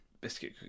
Biscuit